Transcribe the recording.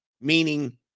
Meaning